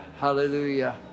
Hallelujah